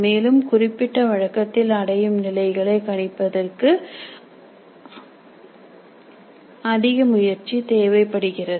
மேலும் குறிப்பிட்ட வழக்கத்தில் அடையும் நிலைகளை கணிப்பதற்கு அதிக முயற்சி தேவைப்படுகிறது